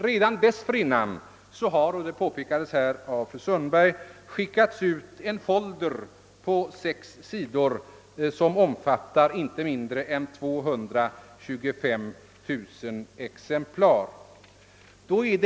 Redan dessförinnan har, vilket också påpekades av fru Sundberg, skickats ut en folder på sex sidor i en upplaga på inte mindre än 225 000 exemplar.